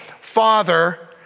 Father